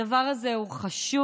הדבר הזה הוא חשוב.